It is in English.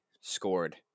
scored